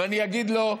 ואני אגיד לו: